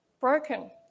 broken